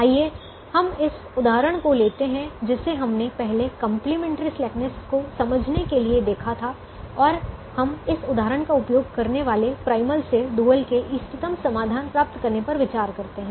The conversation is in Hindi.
आइए हम इस उदाहरण को लेते हैं जिसे हमने पहले कंप्लीमेंट्री स्लैकनेस को समझने के लिए देखा था और हम इस उदाहरण का उपयोग करने वाले प्राइमल से डुअल के इष्टतम समाधान प्राप्त करने का विचार करते हैं